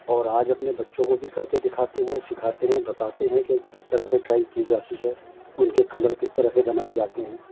اور آج اپنے بچوں کو بھی کر کے دکھاتے ہیں سکھاتے ہیں بتاتے ہیں کہ کس طرح سے ڈرائنگ کی جاتی ہے ان کے کلر کس طرح سے بنائے جاتے ہیں